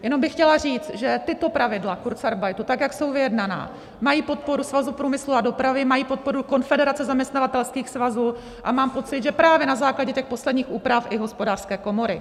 Jenom bych chtěla říct, že tato pravidla kurzarbeitu, tak jak jsou vyjednaná, mají podporu Svazu průmyslu a dopravy, mají podporu Konfederace zaměstnavatelských svazů a mám pocit, že právě na základě těch posledních úprav i Hospodářské komory.